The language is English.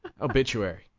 obituary